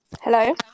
Hello